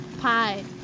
Pie